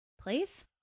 place